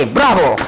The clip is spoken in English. Bravo